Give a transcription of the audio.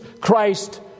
Christ